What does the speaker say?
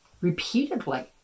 repeatedly